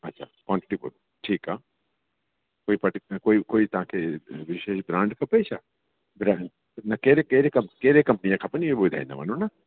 अच्छा fountain pen ठीकु आहे कोई पाटिकुलर कोई कोई तव्हां खे विशेष ब्रांड खपे छा ब्रांड न कहिड़े कहिड़े कम कहिड़े कंपनी जा खपनि इहो ॿुधाईंदा वञो न